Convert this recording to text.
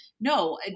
no